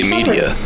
Media